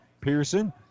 Pearson